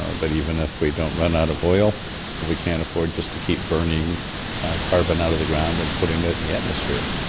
ah but even if we don't run out of oil we can't afford just to keep burning carbon out of the ground and putting it in the atmosphere.